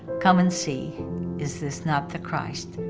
come and see is this not the christ.